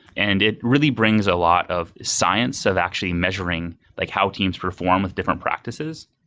and it really brings a lot of science of actually measuring like how teams perform with different practices.